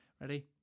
Ready